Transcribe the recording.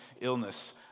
illness